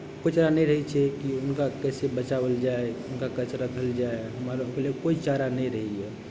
कोइ चारा नहि रहै छै कि हुनका कैसे बचाओल जाय हुनका कैसे राखल जाय हमरासभके ओहि लेल कोइ चारा नहि रहैए